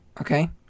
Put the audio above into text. Okay